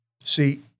see